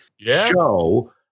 show